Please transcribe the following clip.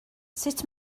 sut